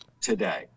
today